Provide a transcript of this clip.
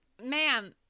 ma'am